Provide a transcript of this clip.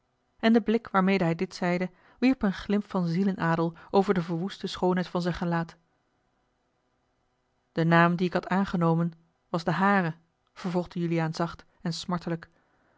en de blik waarmede hij dit zeide wierp een glimp van zielenadel over de verwoeste schoonheid van zijn gelaât de naam dien ik had aangenomen was de hare vervolgde juliaan zacht en smartelijk